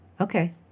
Okay